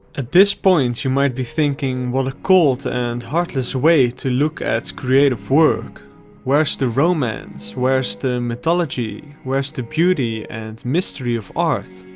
at this point you might be thinking what a cold and heartless way to look at creative work where's the romance where's the mythology where's the beauty and mystery of art?